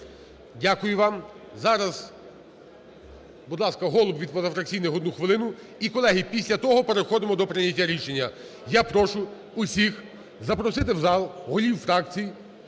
Дякую вам. Зараз, будь ласка, Голуб від позафракційних одну хвилину. І, колеги, після того переходимо до прийняття рішення. Я прошу усіх запросити в зал голів фракцій